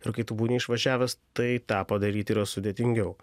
ir kai tu būni išvažiavęs tai tą padaryt yra sudėtingiau